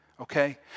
okay